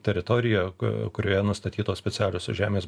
teritorija kurioje nustatytos specialiosios žemės